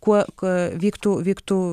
kuo ka vyktų vyktų